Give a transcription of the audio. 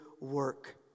work